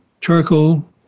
charcoal